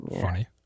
funny